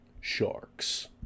Sharks